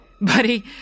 Buddy